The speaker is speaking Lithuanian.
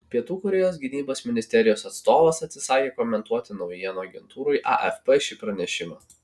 pietų korėjos gynybos ministerijos atstovas atsisakė komentuoti naujienų agentūrai afp šį pranešimą